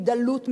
מדלות,